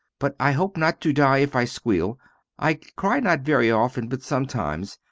but i hope not to die if i squeal i cry not very often, but sometimes,